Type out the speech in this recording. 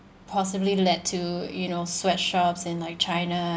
possibly led to you know sweatshops in like china